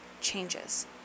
changes